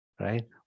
right